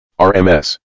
RMS